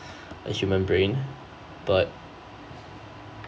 as you remembering but